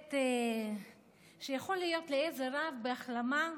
היבט שיכול להיות לעזר רב בהחלמה,